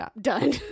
Done